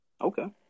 okay